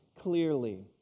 clearly